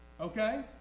Okay